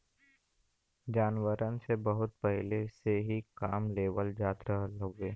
जानवरन से बहुत पहिले से ही काम लेवल जात रहल हउवे